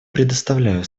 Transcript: предоставляю